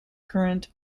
current